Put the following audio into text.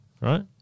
right